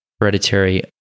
hereditary